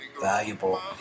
valuable